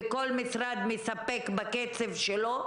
וכל משרד מספק בקצב שלו.